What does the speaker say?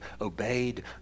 obeyed